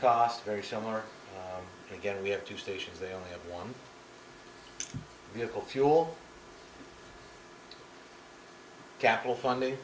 costs very similar again we have two stations they only have one vehicle fuel capital funding